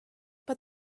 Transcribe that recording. but